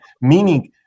Meaning